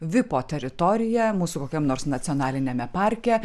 vipo teritoriją mūsų kokiam nors nacionaliniame parke